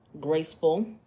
graceful